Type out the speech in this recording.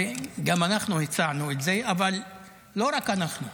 הרי גם אנחנו הצענו את זה, אבל לא רק אנחנו.